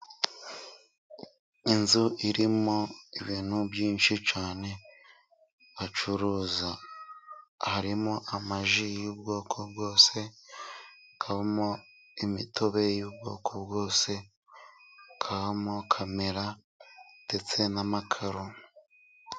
Inzu irimo ibintu byinshi cyane bacuruza. Harimo amaji, y'ubwoko bwose, hakabamo imitobe y'ubwoko bwose, hakabamo kamera ndetse n'amakaro.